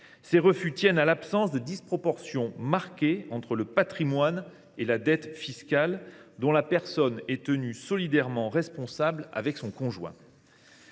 Ces refus tiennent à l’absence de disproportion marquée entre le patrimoine et la dette fiscale dont la personne est tenue solidairement responsable avec son conjoint.